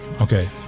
okay